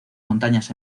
montañas